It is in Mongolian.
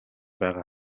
байгаа